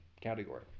category